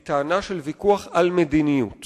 אין לי טענה על קיומו של השימוע.